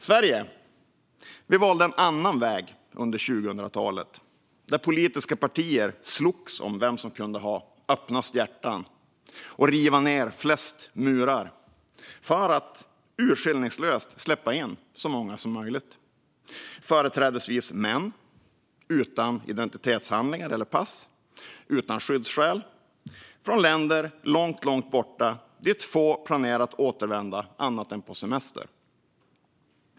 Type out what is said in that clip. Sverige valde en annan väg under 2000-talet. Politiska partier slogs om vem som kunde öppna sina hjärtan mest och riva ned flest murar för att urskillningslöst släppa in så många som möjligt, företrädesvis män, utan identitetshandlingar eller pass och utan skyddsskäl. De kom från länder långt borta som få planerat att återvända till annat än på semester.